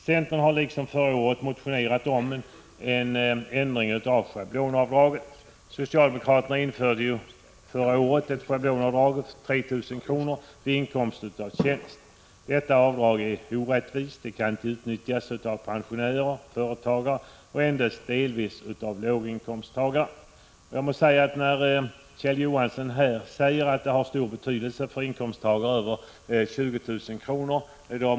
Centern har liksom förra året motionerat om en ändring av schablonavdraget. Socialdemokraterna införde ju förra året ett schablonavdrag på 3 000 kr. vid inkomst av tjänst. Detta avdrag är orättvist — det kan inte utnyttjas av pensionärer och företagare, och det kan endast delvis utnyttjas av låginkomsttagare. När Kjell Johansson säger att schablonavdraget har stor betydelse för personer med en inkomst över 20 000 kr.